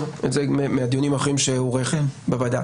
את זה מהדיונים האחרים שהוא עורך בוועדה.